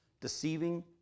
deceiving